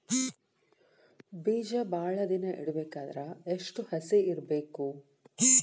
ಬೇಜ ಭಾಳ ದಿನ ಇಡಬೇಕಾದರ ಎಷ್ಟು ಹಸಿ ಇರಬೇಕು?